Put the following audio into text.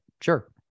sure